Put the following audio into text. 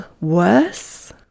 worse